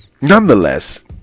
Nonetheless